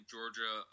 Georgia